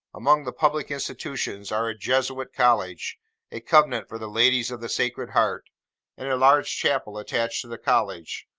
among the public institutions are a jesuit college a convent for the ladies of the sacred heart and a large chapel attached to the college,